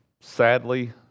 Sadly